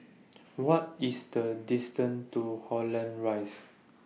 What IS The distance to Holland Rise